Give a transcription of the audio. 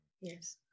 Yes